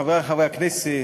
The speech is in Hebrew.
חברי חברי הכנסת,